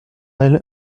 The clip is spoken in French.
elle